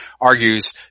argues